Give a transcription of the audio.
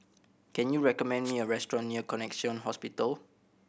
can you recommend me a restaurant near Connexion Hospital